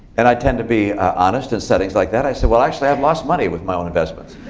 and i tend to be honest in settings like that. i said, well actually, i've lost money with my own investments.